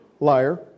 Liar